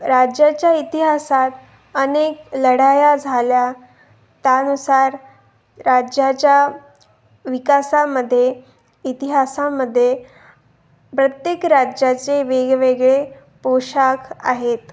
राज्याच्या इतिहासात अनेक लढाया झाल्या त्यानुसार राज्याच्या विकासामध्ये इतिहासामध्येे प्रत्येक राज्याचे वेगवेगळे पोशाख आहेत